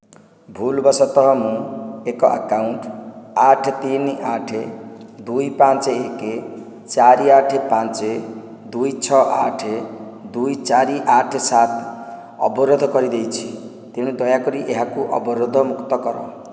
ଭୁଲ ବଶତଃ ମୁଁ ଏକ ଆକାଉଣ୍ଟ ଆଠ ତିନି ଆଠ ଦୁଇ ପାଞ୍ଚ ଏକ ଚାରି ଆଠ ପାଞ୍ଚ ଦୁଇ ଛଅ ଆଠ ଦୁଇ ଚାରି ଆଠ ସାତ ଅବରୋଧ କରିଦେଇଛି ତେଣୁ ଦୟାକରି ଏହାକୁ ଅବରୋଧମୁକ୍ତ କର